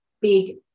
big